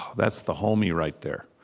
that's the homie, right there.